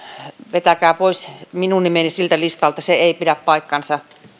vetäkää pois minun nimeni siltä listalta se ei pidä paikkaansa